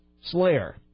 Slayer